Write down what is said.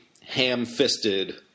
ham-fisted